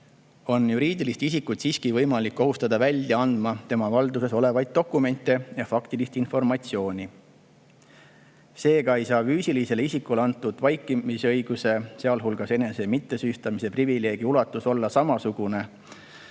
on juriidilist isikut siiski võimalik kohustada välja andma tema valduses olevaid dokumente ja faktilist informatsiooni. Seega ei saa füüsilisele isikule antud vaikimisõiguse, sealhulgas enese mittesüüstamise privileegi ulatus olla samasugusena üks